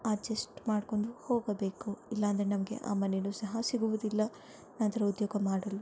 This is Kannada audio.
ಅಡ್ಜಸ್ಟ್ ಮಾಡ್ಕೊಂಡು ಹೋಗಬೇಕು ಇಲ್ಲಾಂದರೆ ನಮಗೆ ಆ ಮನೇನೂ ಸಹ ಸಿಗುವುದಿಲ್ಲ ನಂತರ ಉದ್ಯೋಗ ಮಾಡಲು